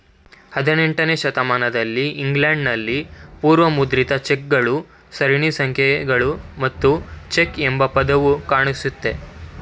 ಹದಿನೆಂಟನೇ ಶತಮಾನದಲ್ಲಿ ಇಂಗ್ಲೆಂಡ್ ನಲ್ಲಿ ಪೂರ್ವ ಮುದ್ರಿತ ಚೆಕ್ ಗಳು ಸರಣಿ ಸಂಖ್ಯೆಗಳು ಮತ್ತು ಚೆಕ್ ಎಂಬ ಪದವು ಕಾಣಿಸಿತ್ತು